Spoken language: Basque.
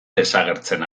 desagertzen